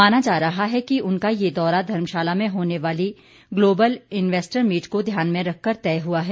माना जा रहा है कि उनका ये दौरा धर्मशाला में होने वाली ग्लोबल इन्वैस्टर मीट को ध्यान में रखकर तय हुआ है